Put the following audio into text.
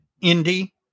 Indy